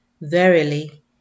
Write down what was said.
Verily